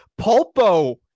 Pulpo